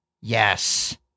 yes